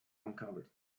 uncovered